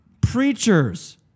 preachers